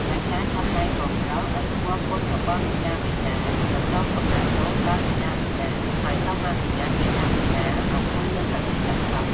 អាចារ្យចាប់ដៃកូនប្រុសឲ្យស្គាល់គុណរបស់មាតាបិតា និងសូមខមាទោសដល់មាតាបិតា ហើយសុំអនុញ្ញាតមាតាបិតា អង្គុយលើកៅអីកាត់សក់។